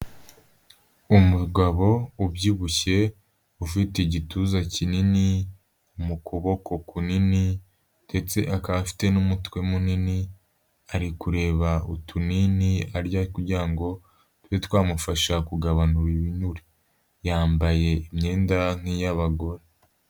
Umugabo ubyibushye ufite igituza kinini mu kuboko kunini ndetse akaba afite n'umutwe munini, ari kureba utunini, arya kugira ngo tube twamufasha kugabanura ibinure, yambaye imyenda nk'iy'abagore.